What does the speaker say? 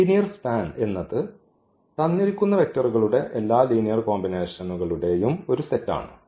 linear span എന്നത് തന്നിരിക്കുന്ന വെക്റ്ററുകളുടെ എല്ലാ ലീനിയർ കോമ്പിനേഷനുകടെയും ഒരു സെറ്റാണ്